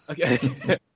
Okay